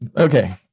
Okay